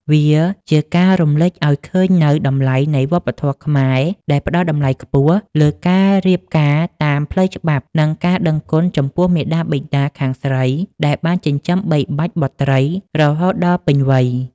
វាជាការរំលេចឱ្យឃើញនូវតម្លៃនៃវប្បធម៌ខ្មែរ ដែលផ្ដល់តម្លៃខ្ពស់លើការរៀបការតាមផ្លូវច្បាប់ និងការដឹងគុណចំពោះមាតាបិតាខាងស្រីដែលបានចិញ្ចឹមបីបាច់បុត្រីរហូតដល់ពេញវ័យ។